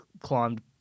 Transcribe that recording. climbed